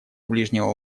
ближнего